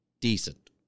Decent